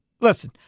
listen